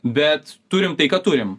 bet turim tai ką turim